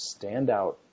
standout